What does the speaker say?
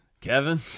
Kevin